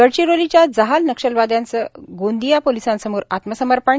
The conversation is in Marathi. गडचिरोलीच्या जहाल नक्षलवाद्याचं गोंदिया पोलिसांसमोर आत्मसमर्पण